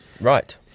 Right